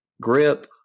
grip